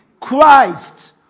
Christ